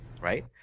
right